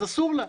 אז אסור לה.